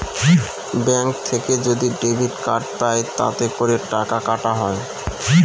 bank থেকে যদি debit card পাই তাতে করে টাকা কাটা হয়